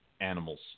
animals